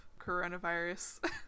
coronavirus